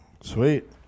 Sweet